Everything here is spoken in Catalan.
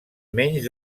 menys